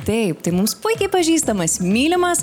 taip tai mums puikiai pažįstamas mylimas